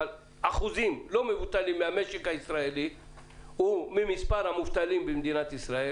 אבל אחוזים לא מבוטלים מהמשק הישראלי וממספר המובטלים במדינת ישראל